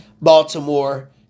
Baltimore